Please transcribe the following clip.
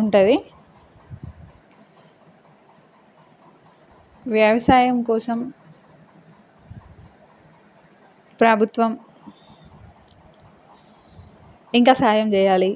ఉంటుంది వ్యవసాయం కోసం ప్రభుత్వం ఇంకా సాయం చేయాలి